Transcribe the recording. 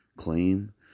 claim